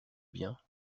bien